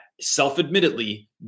self-admittedly